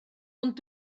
ond